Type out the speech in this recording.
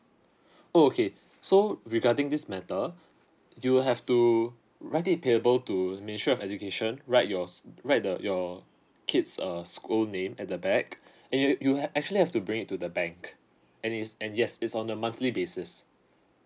oh okay so regarding this matter you have to write it payable to ministry of education write your s~ write the your kids err school name at the back and you you have actually have to bring to the bank and is and yes it's on a monthly basis